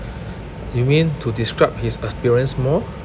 you mean to describe his appearance more